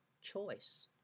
choice